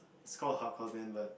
is call hardcore band but